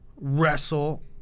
wrestle –